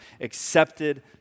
accepted